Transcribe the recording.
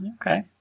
Okay